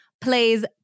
plays